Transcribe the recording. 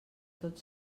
tot